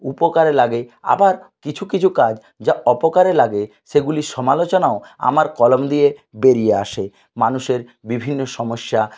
উপকারে লাগে আবার কিছু কিছু কাজ যা অপকারে লাগে সেগুলির সমালোচনাও আমার কলম দিয়ে বেরিয়ে আসে মানুষের বিভিন্ন সমস্যা